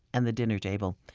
and the dinner table.